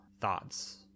thoughts